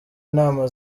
inama